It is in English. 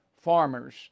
farmers